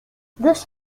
this